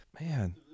Man